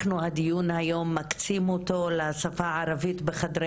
אנחנו היום מקצים את הדיון לשפה הערבית בחדרי